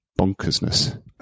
bonkersness